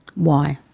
why?